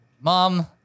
mom